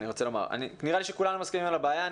נראה לי שכולנו מסכימים על הבעיה,